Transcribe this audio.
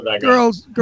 girls